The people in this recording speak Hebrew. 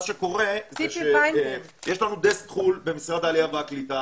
מה שקורה זה שיש לנו דסק חוץ לארץ במשרד העלייה והקליטה